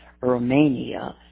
Romania